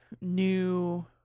new